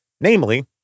namely